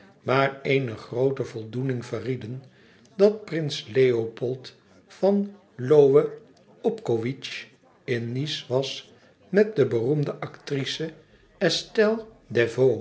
maar eene groote voldoening verrieden dat prins leopold von lohe obkowitz in nice was met de beroemde actrice estelle